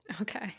Okay